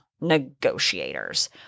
negotiators